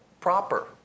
proper